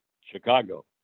Chicago